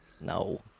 No